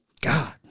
God